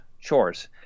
chores